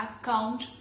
account